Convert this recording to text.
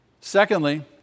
Secondly